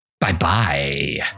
Bye-bye